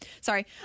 Sorry